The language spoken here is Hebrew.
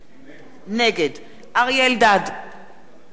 נגד אריה אלדד, אינו נוכח